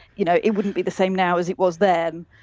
you know it wouldn't be the same now as it was then,